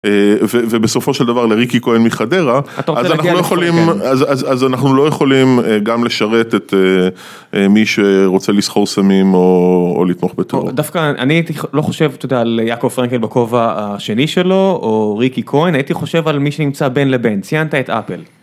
ובסופו של דבר לריקי כהן מחדרה, אז אנחנו לא יכולים גם לשרת את מי שרוצה לסחור סמים או לתמוך בטרור. דווקא אני לא חושב על יעקב פרנקל בכובע השני שלו או ריקי כהן, הייתי חושב על מי שנמצא בין לבין, ציינת את אפל.